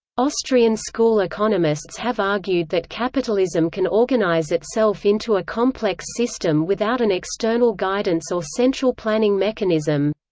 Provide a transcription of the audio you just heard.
austrian school economists have argued that capitalism can organize itself into a complex system without an external guidance or central planning mechanism.